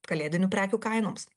kalėdinių prekių kainoms